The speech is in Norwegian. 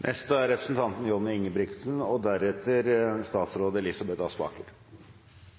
De stortingsrepresentantene som har vært oppe her, og